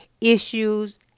issues